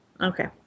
Okay